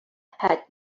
had